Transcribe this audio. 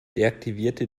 deaktivierte